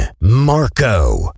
Marco